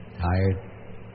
Tired